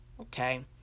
okay